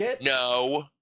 no